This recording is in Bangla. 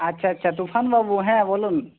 আচ্ছা আচ্ছা তুফানবাবু হ্যাঁ বলুন